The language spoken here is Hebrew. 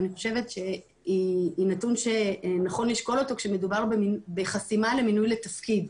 אני חושבת שהיא נתון שנכון לשקול אותו כשמדובר בחסימה למינוי לתפקיד,